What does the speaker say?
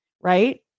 right